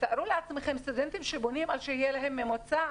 תארו לעצמכם סטודנטים שבונים על כך שיהיה להם ממוצע